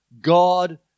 God